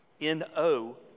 N-O